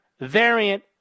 variant